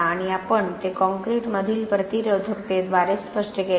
आणि आपण ते कॉंक्रिटमधील प्रतिरोधकतेद्वारे स्पष्ट केले